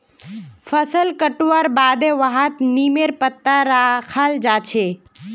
फसल कटवार बादे वहात् नीमेर पत्ता रखाल् जा छे